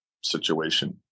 situation